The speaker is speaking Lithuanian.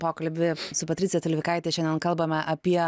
pokalbį su patricija tilvikaite šiandien kalbame apie